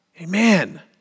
Amen